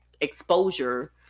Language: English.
exposure